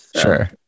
sure